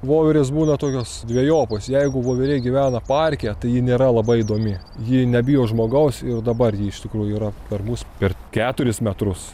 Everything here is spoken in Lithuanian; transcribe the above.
voverės būna tokios dvejopos jeigu voverė gyvena parke tai ji nėra labai įdomi ji nebijo žmogaus ir dabar ji iš tikrųjų yra per mus per keturis metrus